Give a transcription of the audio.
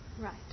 Right